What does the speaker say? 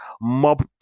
mob